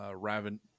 raven